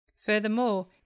Furthermore